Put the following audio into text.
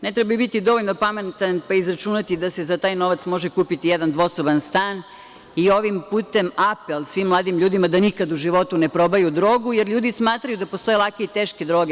Ne treba biti dovoljno pametan pa izračunati da se za taj novac može kupiti jedan dvosoban stan i ovim putem apel svim mladim ljudima da nikad u životu ne probaju drogu, jer ljudi smatraju da postoje lake i teške droge.